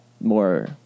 more